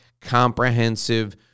comprehensive